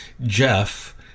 jeff